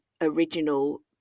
original